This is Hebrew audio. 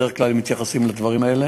בדרך כלל הם מתייחסים לדברים האלה